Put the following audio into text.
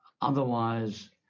otherwise